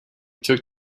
took